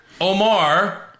Omar